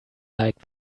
like